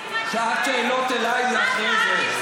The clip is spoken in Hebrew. שעת שאלות אליי אחרי זה.